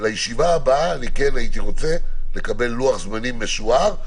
לישיבה הבאה כן הייתי רוצה לקבל לוח זמנים משוער,